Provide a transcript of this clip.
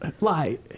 lie